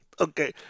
Okay